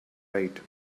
right